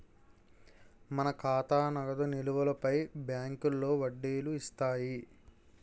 మన ఖాతా నగదు నిలువులపై బ్యాంకులో వడ్డీలు ఇస్తాయి